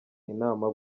inama